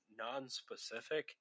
nonspecific